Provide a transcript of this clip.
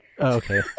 okay